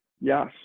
Yes